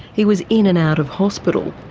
he was in and out of hospital.